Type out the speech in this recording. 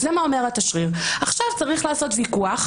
אז אנחנו עושים היום צווי עבירות קנס.